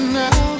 now